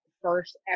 first